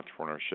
entrepreneurship